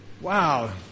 Wow